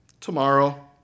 tomorrow